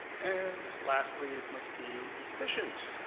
and lastly it must be efficient.